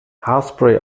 haarspray